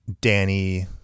Danny